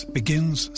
begins